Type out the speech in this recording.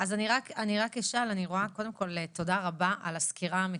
תודה רבה על הסקירה המקיפה.